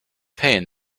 pain